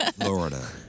Florida